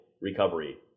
recovery